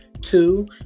two